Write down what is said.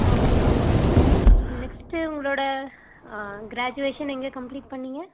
okay okay next உங்களோட graduation எங்கே complete பண்ணீங்க